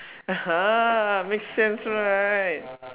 (uh huh) makes sense right